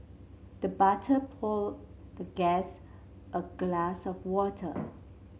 the butler poured the guest a glass of water